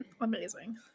Amazing